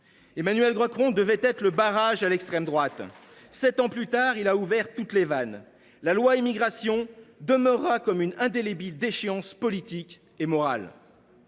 Emmanuel Macron devait être le barrage à l’extrême droite. Sept ans plus tard, il a ouvert toutes les vannes : la loi Immigration demeurera ainsi comme une indélébile déchéance politique et morale.